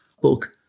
book